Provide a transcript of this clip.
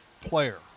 player